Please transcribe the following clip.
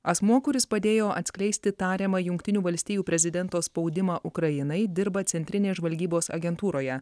asmuo kuris padėjo atskleisti tariamą jungtinių valstijų prezidento spaudimą ukrainai dirba centrinės žvalgybos agentūroje